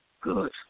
Good